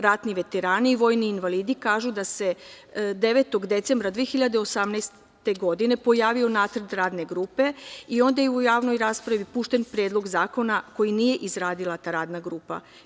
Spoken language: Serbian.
Ratni veterani i vojni invalidi kažu da se 9. decembra 2018. godine pojavio nacrt radne grupe i onda je u javnoj raspravi pušten predlog zakona koji nije izradila ta radna grupa.